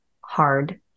hard